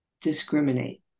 discriminate